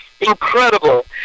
Incredible